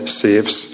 saves